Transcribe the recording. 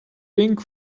pink